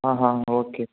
ఆహా ఓకే